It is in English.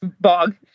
bog